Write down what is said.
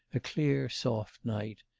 a clear, soft night.